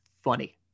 funny